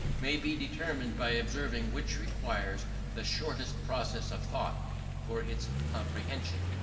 may be determined by observing which requires the shortest process of thought for its comprehension.